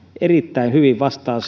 erittäin hyvin vastaa